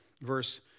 verse